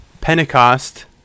Pentecost